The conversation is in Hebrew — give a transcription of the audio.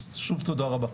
אז, שוב, תודה רבה.